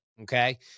Okay